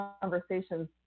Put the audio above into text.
conversations